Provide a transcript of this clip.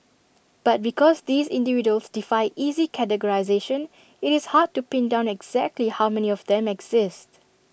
but because these individuals defy easy categorisation IT is hard to pin down exactly how many of them exist